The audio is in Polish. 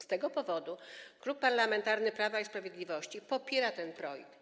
Z tego powodu Klub Parlamentarny Prawo i Sprawiedliwość popiera ten projekt.